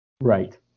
right